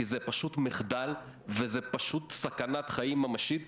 כי זה פשוט מחדל וזאת פשוט סכנת חיים ממשית.